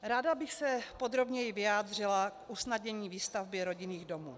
Ráda bych se podrobněji vyjádřila k usnadnění výstavby rodinných domů.